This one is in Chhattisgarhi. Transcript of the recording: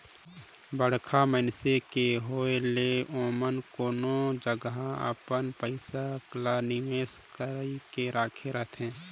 बड़खा मइनसे के होए ले ओमन केतनो जगहा अपन पइसा ल निवेस कइर के राखे रहथें